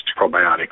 probiotic